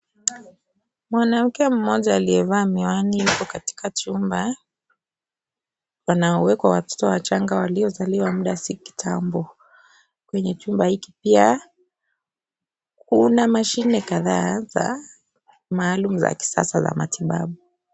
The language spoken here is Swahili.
Mwanamke mmoja aliyevaa miwani katika chumba panaowekwa watoto wachanga waliozaliwa muda si kitambo. Kwenye chumba hiki pia kuna mashine kadhaa maalum za kisasa za matibabu.